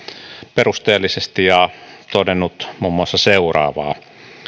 perusteellisesti ja todennut muun muassa seuraavaa